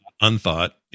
unthought